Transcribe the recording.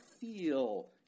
feel